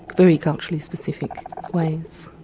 very culturally specific ways.